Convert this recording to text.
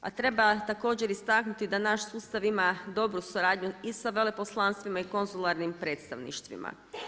A treba također istaknuti da naš sustav ima dobru suradnju i sa veleposlanstvima i konzularnim predstavništvima.